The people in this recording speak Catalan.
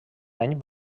any